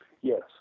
Yes